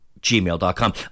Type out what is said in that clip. gmail.com